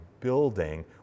building